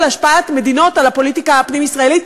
השפעת מדינות על הפוליטיקה הפנים-ישראלית.